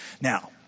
Now